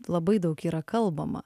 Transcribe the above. labai daug yra kalbama